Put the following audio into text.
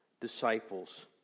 disciples